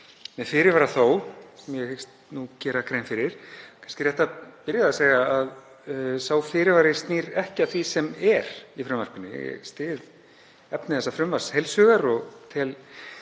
með fyrirvara þó sem ég hyggst nú gera grein fyrir. Það er kannski rétt að byrja á því að segja að sá fyrirvari snýr ekki að því sem er í frumvarpinu. Ég styð efni þessa frumvarps heils hugar og tel